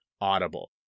Audible